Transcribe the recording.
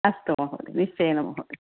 अस्तु महोदय निश्चयेन महोदय